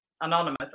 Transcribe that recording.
anonymous